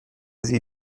sie